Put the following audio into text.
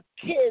kids